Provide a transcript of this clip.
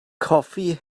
coffee